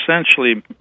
essentially